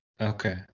Okay